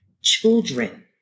children